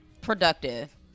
productive